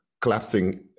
collapsing